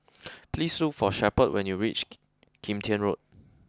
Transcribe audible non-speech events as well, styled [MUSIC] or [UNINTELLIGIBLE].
please look for Shepherd when you reach [HESITATION] [UNINTELLIGIBLE] Kim Tian Road